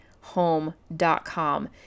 home.com